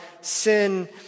sin